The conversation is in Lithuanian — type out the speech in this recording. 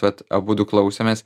vat abudu klausėmės